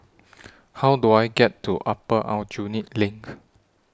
How Do I get to Upper Aljunied LINK